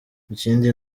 ikindi